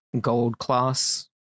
gold-class